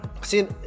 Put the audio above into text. See